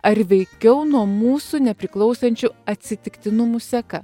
ar veikiau nuo mūsų nepriklausančių atsitiktinumų seka